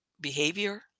behavior